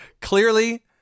clearly